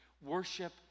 worship